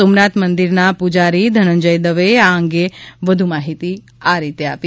સોમનાથ મંદિરના પૂજારી ધનંજય દવેએ આ અંગે વધુ માહિતી આ રીતે આપી